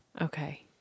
Okay